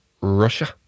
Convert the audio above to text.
Russia